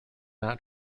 not